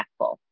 impactful